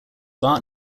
bart